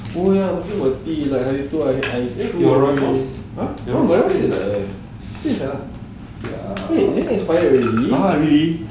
oh ya talking about tea hari tu I I !huh! wait is it expired already